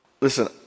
Listen